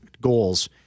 goals